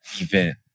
event